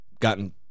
gotten